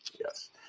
Yes